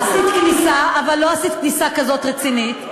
עשית כניסה, אבל לא עשית כניסה כזאת רצינית.